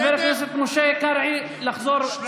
חבר הכנסת משה קרעי, תחזור למקומך.